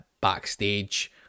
backstage